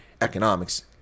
economics